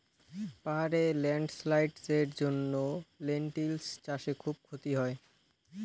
পাহাড়ে ল্যান্ডস্লাইডস্ এর জন্য লেনটিল্স চাষে খুব ক্ষতি হয়